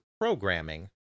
programming